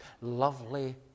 lovely